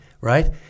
right